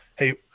hey